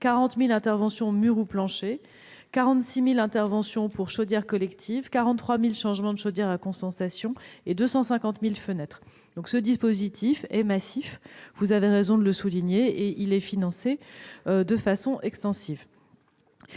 40 000 interventions sur les murs ou le plancher, 46 000 interventions sur des chaudières collectives, 43 000 changements de chaudière à condensation et 250 000 fenêtres. Il s'agit donc d'un dispositif massif, vous avez raison de le souligner, et il est financé de façon extensive.